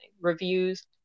reviews